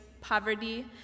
poverty